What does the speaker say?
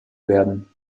werden